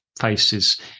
faces